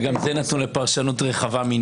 (היו"ר משה סעדה) גם זה נתון לפרשנות רחבה.